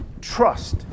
trust